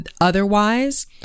otherwise